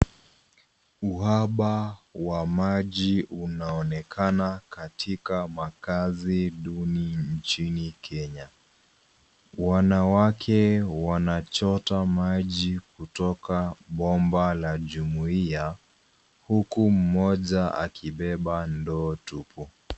Uhaba wa maji unaonekana katika makazi duni nchini Kenya. Wanawake wanachota maji kutoka bomba la jumuia huku mmoja akibeba ndoo tupu.